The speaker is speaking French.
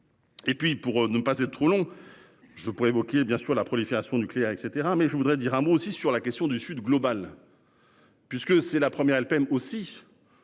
Et puis pour ne pas être trop long, je pourrais évoquer bien sûr la prolifération nucléaire et cetera mais je voudrais dire un mot aussi sur la question du Sud global. Puisque c'est la première LPM aussi.